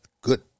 good